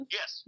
Yes